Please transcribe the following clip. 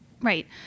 Right